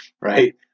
right